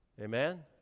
Amen